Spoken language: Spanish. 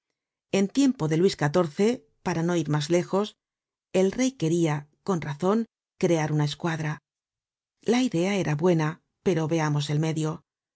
en tiempo de luis xiv para no ir mas lejos el rey queria con razon crear una escuadra la idea era buena pero veamos el medio